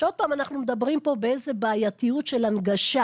שוב, אנחנו מדברים על בעייתיות של הנגשה,